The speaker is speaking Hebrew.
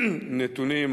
הנתונים,